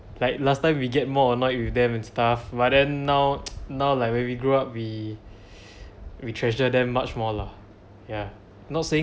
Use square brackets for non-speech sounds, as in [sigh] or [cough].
like last time we get more annoyed with them and stuff but then now [noise] now like when we grew up we [breath] we treasure them much more lah ya not say